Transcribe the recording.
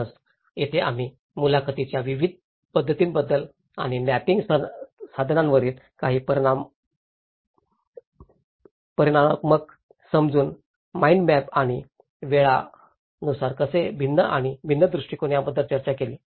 म्हणूनच येथे आम्ही मुलाखतींच्या विविध पद्धतींबद्दल आणि मॅपिंग साधनांवरील काही परिमाणात्मक समजून माईंड मॅप आणि वेळानुसार ते कसे भिन्न आणि भिन्न दृष्टिकोन याबद्दल चर्चा केली